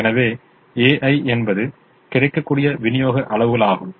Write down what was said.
எனவே ai என்பது கிடைக்கக்கூடிய விநியோக அளவுகளாகும்